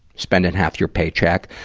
spending half your paycheck,